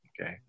Okay